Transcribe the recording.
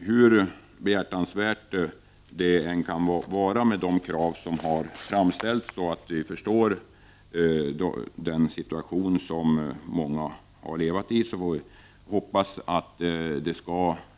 Hur behjärtansvärt det än kan vara med de krav som har framställts och att jag förstår den situation som många har levt i, hoppas jag att det